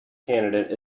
candidate